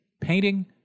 painting